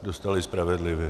Dostali spravedlivě.